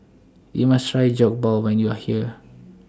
YOU must Try Jokbal when YOU Are here